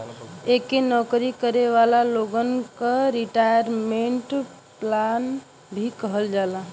एके नौकरी करे वाले लोगन क रिटायरमेंट प्लान भी कहल जाला